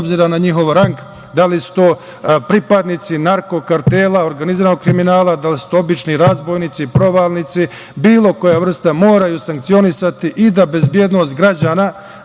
obzira na njihov rang, da li su to pripadnici narko kartela, organizovanog kriminala, da li su to obični razbojnici, provalnici, bilo koje vrste, moraju sankcionisati i da bezbednost građana